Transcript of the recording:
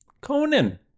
Conan